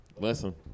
listen